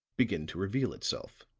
begin to reveal itself.